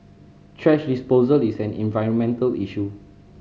thrash disposal is an environmental issue